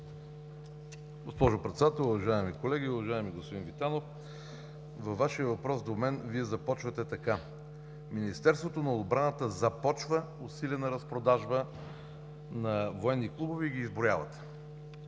Госпожо Председател, уважаеми колеги, уважаеми господин Витанов! Във въпроса си до мен, Вие започвате така: „Министерството на отбраната започва усилена разпродажба на военни клубове“ и ги изброявате.